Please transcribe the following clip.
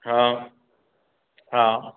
हा हा